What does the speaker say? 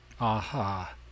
Aha